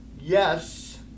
Yes